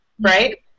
right